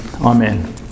Amen